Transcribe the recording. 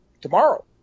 tomorrow